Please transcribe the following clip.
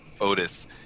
Otis